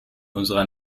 unserer